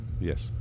yes